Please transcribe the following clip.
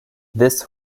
this